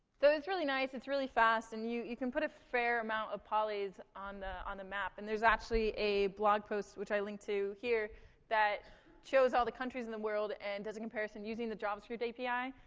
it's really nice it's really fast. and you you can put a fair amount of polys on the on the map, and there's actually a blog post which i linked to here that shows all the countries in the world and does a comparison using the javascript api,